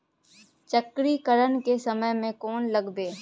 चक्रीकरन के समय में कोन लगबै?